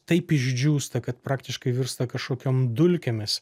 taip išdžiūsta kad praktiškai virsta kažkokiom dulkėmis